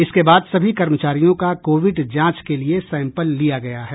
इसके बाद सभी कर्मचारियों का कोविड जांच के लिए सैंपल लिया गया है